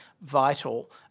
vital